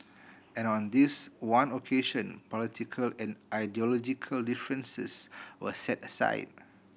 and on this one occasion political and ideological differences were set aside